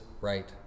right